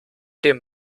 dem